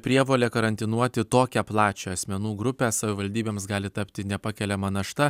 prievolė karantinuoti tokią plačią asmenų grupę savivaldybėms gali tapti nepakeliama našta